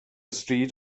stryd